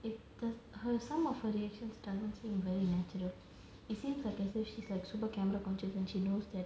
it the~ her some of her reactions doesn't seem very natural it seems like as if she's like super camera conscious and she knows that